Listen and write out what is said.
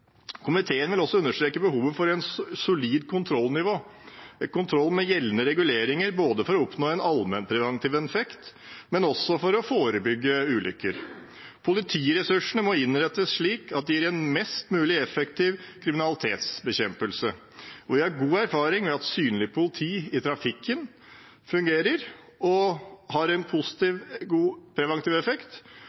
understreke behovet for et solid kontrollnivå – kontroll med gjeldende reguleringer, både for å oppnå en allmennpreventiv effekt og for å forebygge ulykker. Politiressursene må innrettes slik at de gir en mest mulig effektiv kriminalitetsbekjempelse. Vi har god erfaring med synlig politi i trafikken. Det fungerer og har en god preventiv effekt,